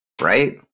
Right